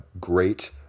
great